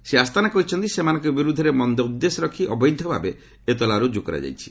ଶ୍ରୀ ଆସ୍ତାନା କହିଛନ୍ତି ସେମାନଙ୍କ ବିରୁଦ୍ଧରେ ମନ୍ଦ ଉଦ୍ଦେଶ୍ୟ ରଖି ଅବୈଧ ଭାବେ ଏତଲା ରୁଜୁ କରାଯାଇଛି